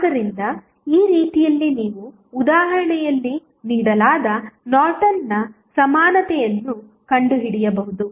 ಆದ್ದರಿಂದ ಈ ರೀತಿಯಲ್ಲಿ ನೀವು ಉದಾಹರಣೆಯಲ್ಲಿ ನೀಡಲಾದ ಸರ್ಟನ್ನ ಸಮಾನತೆಯನ್ನು ಕಂಡುಹಿಡಿಯಬಹುದು